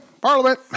Parliament